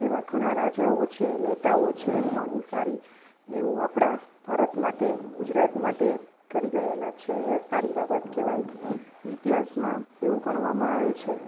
એવા ઘણાં રાજાઓ છે નેતાઓ છે પણ એ સારી એવું આપણા ભારત માટે ગુજરાત માટે કરી ગયેલાં છે એ સારી બાબત કહેવાય ઇતિહાસમાં એવું ગણવામાં આવે છે